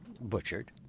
butchered